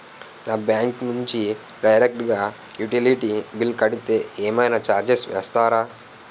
నా బ్యాంక్ నుంచి డైరెక్ట్ గా యుటిలిటీ బిల్ కడితే ఏమైనా చార్జెస్ వేస్తారా?